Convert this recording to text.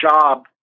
job